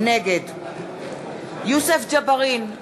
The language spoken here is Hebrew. נגד יוסף ג'בארין,